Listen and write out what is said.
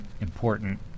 important